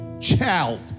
child